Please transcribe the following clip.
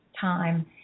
time